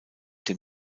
dem